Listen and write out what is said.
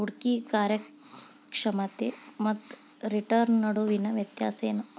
ಹೂಡ್ಕಿ ಕಾರ್ಯಕ್ಷಮತೆ ಮತ್ತ ರಿಟರ್ನ್ ನಡುವಿನ್ ವ್ಯತ್ಯಾಸ ಏನು?